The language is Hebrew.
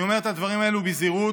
אני אומר את הדברים האלו בזהירות,